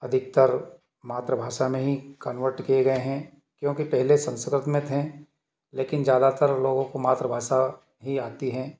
अधिकतर मात्र भाषा में ही कोवेर्ट किए गए हैं क्योंकि पहले संस्कृतिक में थे लेकिन ज़्यादातर लोगों को मात्र भाषा ही आती है